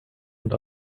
und